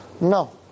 No